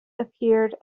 appeared